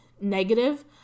negative